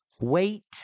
wait